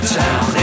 town